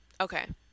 Okay